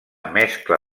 mescla